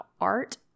art